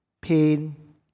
pain